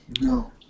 No